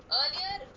earlier